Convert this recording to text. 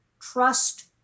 Trust